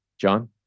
John